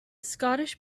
scottish